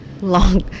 long